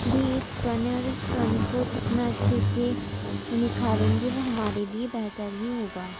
بھی ایک فن ہے اور اس فن کو جتنا اچھے سے نکھاریں گے وہ ہمارے لیے بہتر ہی ہوگا